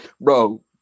Bro